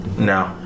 No